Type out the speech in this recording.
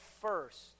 first